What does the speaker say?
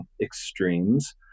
extremes